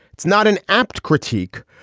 it's not an apt critique.